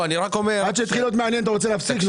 עד שהתחיל להיות מעניין, אתה רוצה להפסיק?